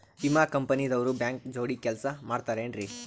ವಿಮಾ ಕಂಪನಿ ದವ್ರು ಬ್ಯಾಂಕ ಜೋಡಿ ಕೆಲ್ಸ ಮಾಡತಾರೆನ್ರಿ?